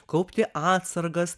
kaupti atsargas